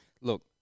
Look